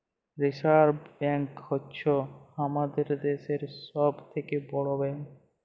reserve bank হ্য়চ্ছ হামাদের দ্যাশের সব থেক্যে বড় ব্যাঙ্ক